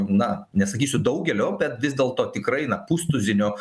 na nesakysiu daugelio bet vis dėlto tikrai na pustuzinio